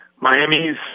Miami's